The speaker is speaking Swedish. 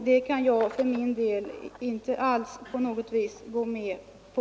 Det kan jag inte på något vis gå med på.